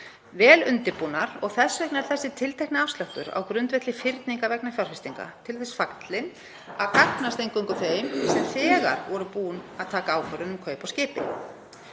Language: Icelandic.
vel undirbúnar. Þess vegna er þessi tiltekni afsláttur á grundvelli fyrningar vegna fjárfestinga til þess fallinn að gagnast eingöngu þeim sem þegar voru búin að taka ákvörðun um kaup á skipi